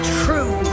true